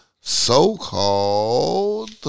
so-called